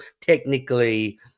technically